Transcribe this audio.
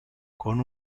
con